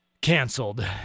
canceled